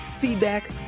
feedback